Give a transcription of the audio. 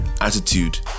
attitude